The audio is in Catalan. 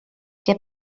què